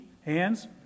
Hands